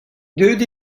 deuet